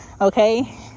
Okay